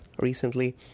recently